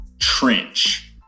trench